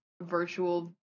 virtual